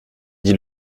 dit